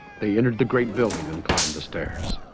they entered the great building and climbed the stairs